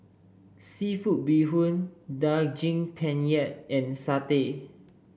seafood Bee Hoon Daging Penyet and satay